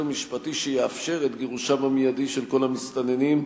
משפטי שיאפשר את גירושם המיידי של כל המסתננים?